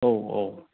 औ औ